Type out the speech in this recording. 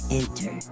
enter